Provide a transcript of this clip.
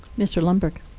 mr. lundberg.